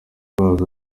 kwazo